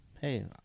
Hey